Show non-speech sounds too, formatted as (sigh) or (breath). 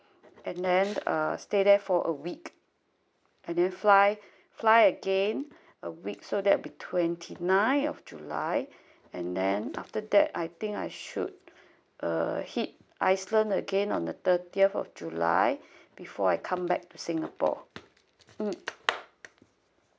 and then uh stay there for a week and then fly (breath) fly again a week so that'll be twenty nine of july (breath) and then after that I think I should uh hit iceland again on the thirtieth of july (breath) before I come back to singapore mm